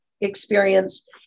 experience